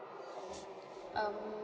um